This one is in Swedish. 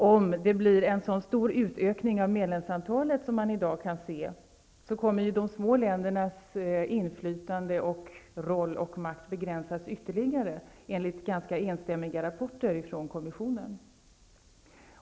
Det verkar bli en stor utökning av medlemsantalet som man i dag kan se, och därför kommer de små ländernas inflytande, roll och makt att begränsas ytterligare, enligt ganska enstämmiga rapporter ifrån kommissionen.